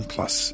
Plus